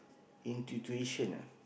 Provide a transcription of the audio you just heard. intuition ah